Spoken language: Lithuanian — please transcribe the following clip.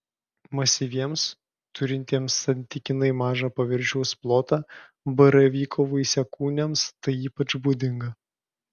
masyviems turintiems santykinai mažą paviršiaus plotą baravyko vaisiakūniams tai ypač būdinga